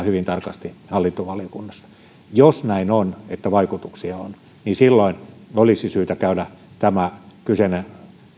hyvin tarkasti hallintovaliokunnassa jos näin on että vaikutuksia on niin silloin olisi syytä käydä tämä kyseinen